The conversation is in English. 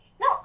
No